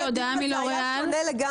כל הדיון הזה היה שונה לגמרי.